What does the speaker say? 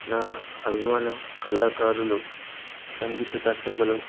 నా అభిమాన కళాకారులు సంగీత దర్శకులు